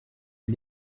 est